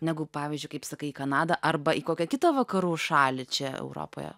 negu pavyzdžiui kaip sakai į kanadą arba į kokią kitą vakarų šalį čia europoje